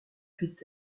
feit